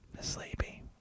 Sleepy